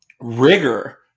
rigor